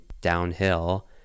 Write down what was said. downhill